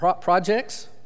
projects